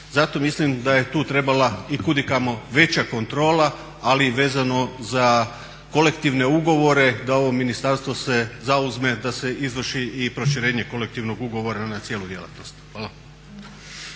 Zato mislim da je tu trebala i kudikamo veća kontrola ali vezano za kolektivne ugovore da ovo ministarstvo se zauzme da se izvrši i proširenje kolektivnog ugovora na cijelu djelatnost. Hvala.